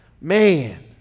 Man